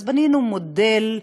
אז בנינו מודל,